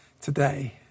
today